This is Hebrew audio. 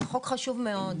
זה חוק חשוב מאוד.